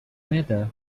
matter